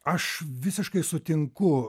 aš visiškai sutinku